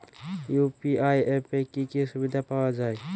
UPI অ্যাপে কি কি সুবিধা পাওয়া যাবে?